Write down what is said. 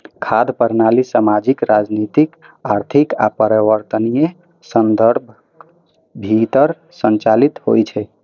खाद्य प्रणाली सामाजिक, राजनीतिक, आर्थिक आ पर्यावरणीय संदर्भक भीतर संचालित होइ छै